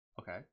okay